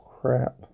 crap